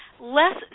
less